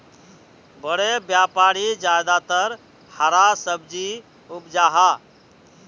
बड़े व्यापारी ज्यादातर हरा सब्जी उपजाहा